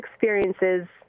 experiences